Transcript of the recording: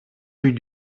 rue